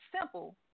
simple